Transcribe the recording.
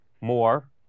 more